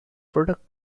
product